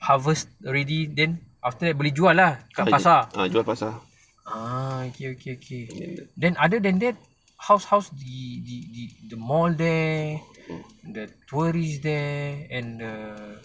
harvest already then after that jual ah kat pasar okay okay okay then other than that how's how's the the the the mall there the tourists there and the